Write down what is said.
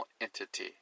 entity